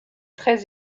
très